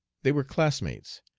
they were classmates.